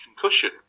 concussion